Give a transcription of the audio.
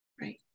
right